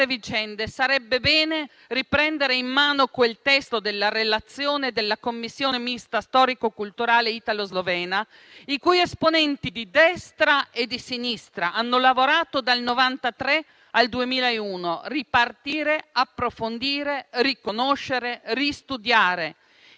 vicende sarebbe bene riprendere in mano il testo della relazione della commissione mista storico culturale italo-slovena, i cui esponenti di destra e di sinistra hanno lavorato dal 1993 al 2001: ripartire, approfondire, riconoscere, ristudiare.